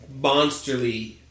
monsterly